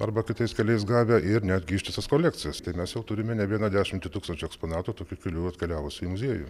arba kitais keliais gavę ir netgi ištisas kolekcijas tai mes jau turime ne vieną dešimtį tūkstančių eksponatų tokiu keliu atkeliavusių į muziejų